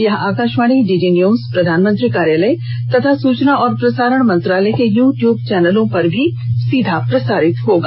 यह आकाशवाणी DD news प्रधानमंत्री कार्यालय तथा सूचना और प्रसारण मंत्रालय के यु ट्युब चैनलों पर भी सीधा प्रसारित होगा